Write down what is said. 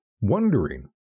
wondering